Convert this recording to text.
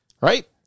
right